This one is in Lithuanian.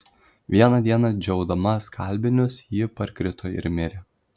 vieną dieną džiaudama skalbinius ji parkrito ir mirė